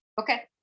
Okay